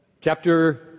Chapter